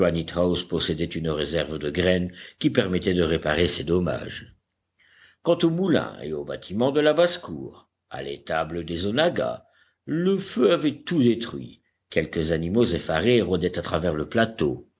possédait une réserve de graines qui permettait de réparer ces dommages quant au moulin et aux bâtiments de la basse-cour à l'étable des onaggas le feu avait tout détruit quelques animaux effarés rôdaient à travers le plateau